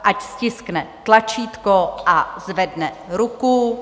Ať stiskne tlačítko a zvedne ruku.